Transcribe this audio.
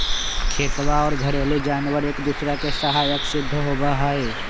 खेतवा और घरेलू जानवार एक दूसरा के सहायक सिद्ध होबा हई